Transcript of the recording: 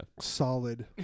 Solid